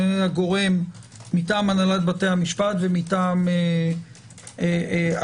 זה הגורם מטעם הנהלת בתי המשפט ומטעם השב"ס.